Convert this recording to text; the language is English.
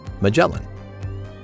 Magellan